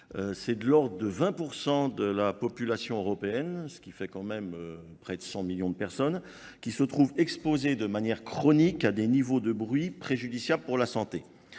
C'est de l'ordre de 20% de la population européenne, ce qui fait quand même près de 100 millions de personnes, qui se trouve exposée de manière chronique à des niveaux de bruit préjudiciables pour la santé.